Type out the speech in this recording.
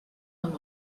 amb